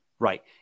Right